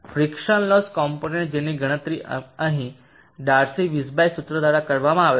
friction loss component જેની ગણતરી અહીં ડાર્સી વીઝબાચ સૂત્ર દ્વારા કરવામાં આવે છે